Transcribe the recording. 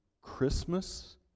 Christmas